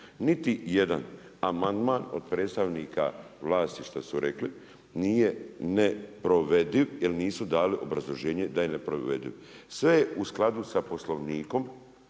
Niti jedan amandman od predstavnika vlasti što su rekli nije ne provediv jer nisu dali obrazloženje da je neprovediv. Sve je u skladu sa Poslovnikom,